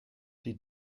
die